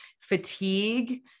fatigue